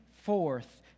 forth